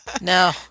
No